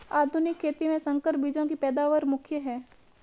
आधुनिक खेती में संकर बीजों की पैदावार मुख्य हैं